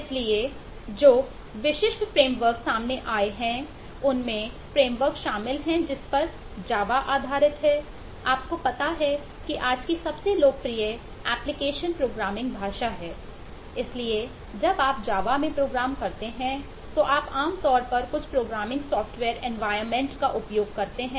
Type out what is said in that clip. इसलिए जो विशिष्ट फ्रेमवर्क का उपयोग करते हैं आप जैसे j2SE j2EE j2ME का उपयोग कर सकते हैं